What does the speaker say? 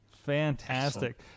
fantastic